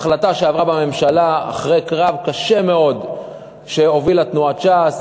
החלטה שעברה בממשלה אחרי קרב קשה מאוד שהובילה תנועת ש"ס,